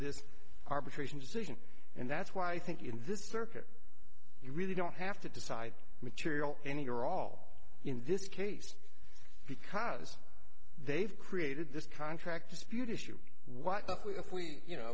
this arbitration decision and that's why i think in this circuit you really don't have to decide material any or all in this case because they've created this contract dispute issue what if we you know